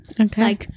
Okay